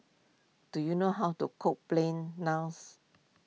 do you know how to cook Plain Naans